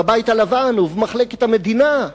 בבית הלבן ובמחלקת המדינה: